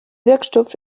wirkstoff